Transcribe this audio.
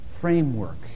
framework